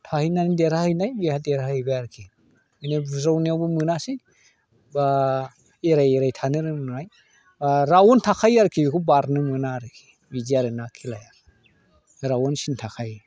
थाहैनानै देरहाहैनाय बेहा देरहाहैबाय आरोखि बिना बुज्रावनायावबो मोनासै बा एराय एराय थानो रोंनाय राउन्ड थाखायो आरोकि बेखौ बारनो मोना आरोखि बिदि आरो ना खेलाया राउन्ड सिन थाखायो